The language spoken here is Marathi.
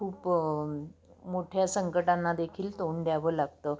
खूप मोठ्या संकटांनादेखील तोंड द्यावं लागतं